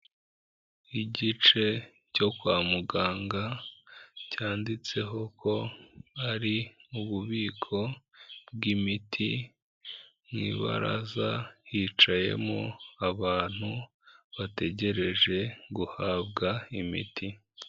Igice cyo kwa muganga cyanditseho ko ari ububiko bw'imiti. Mu ibaraza hicayemo abantu bategereje guhabwa imiti.